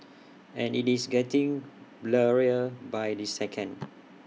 and IT is getting blurrier by the second